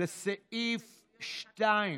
לסעיף 2,